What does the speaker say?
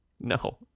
No